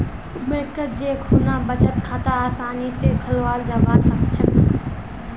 बैंकत जै खुना बचत खाता आसानी स खोलाल जाबा सखछेक